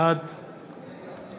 בעד